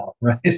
right